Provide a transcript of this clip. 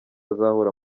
azahura